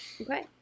Okay